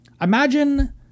imagine